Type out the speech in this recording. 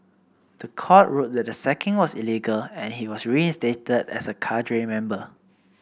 the court ruled that the sacking was illegal and he was reinstated as a cadre member